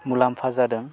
मुलाम्फा जादों